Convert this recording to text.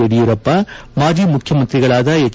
ಯಡಿಯೂರಪ್ಪ ಮಾಜಿ ಮುಖ್ಯಮಂತ್ರಿಗಳಾದ ಎಚ್